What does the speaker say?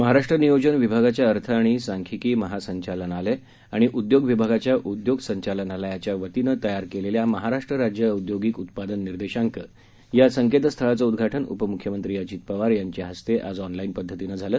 महाराष्ट्र नियोजन विभागाच्या अर्थ आणि सांख्यिकी महासंचालनालय आणि उद्योग विभागाच्या उद्योग संचालनालयाच्या वतीनं तयार केलेल्या महाराष्ट्र राज्य औदयोगिक उत्पादन निर्देशांक या संकेत स्थळाचं उदघाटन उपमुख्यमंत्री अजित पवार यांच्या हस्ते ऑनलाईन पदधतीनं झालं